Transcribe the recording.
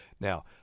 Now